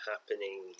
Happening